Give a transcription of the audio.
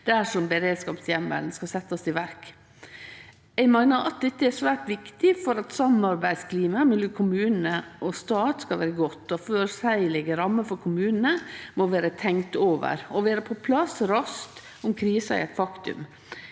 dersom beredskapsheimelen skal setjast i verk. Dette er svært viktig for at samarbeidsklimaet mellom kommune og stat skal vere godt. Føreseielege rammer for kommunane må vere tenkte over og vere på plass raskt om krisa er eit faktum.